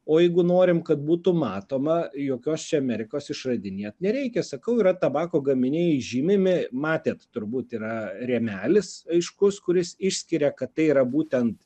o jeigu norim kad būtų matoma jokios čia amerikos išradinėt nereikia sakau yra tabako gaminiai žymimi matėt turbūt yra rėmelis aiškus kuris išskiria kad tai yra būtent